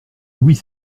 louis